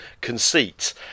conceit